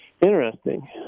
Interesting